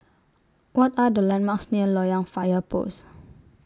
What Are The landmarks near Loyang Fire Post